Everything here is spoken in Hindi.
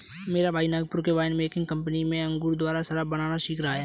मेरा भाई नागपुर के वाइन मेकिंग कंपनी में अंगूर द्वारा शराब बनाना सीख रहा है